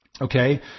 Okay